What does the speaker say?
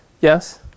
yes